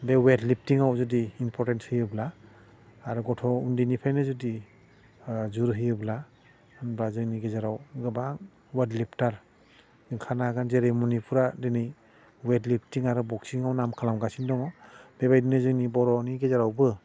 बे वेट लिफटिङाव जुदि इमपरटेन्स होयोब्ला आरो गथ' उन्दैनिफ्रायनो जुदि जुर होयोब्ला होमबा जोंनि गेजेराव गोबां वेट लिफटार ओंखारनो हागोन जेरै मनिपुरा दिनै वेट लिफटिं आरो बक्सिङाव नाम खालामगासिनो दङ बेबायदिनो जोंनि बर'नि गेजेरावबो